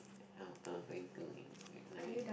ah uh going to